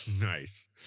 nice